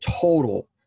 total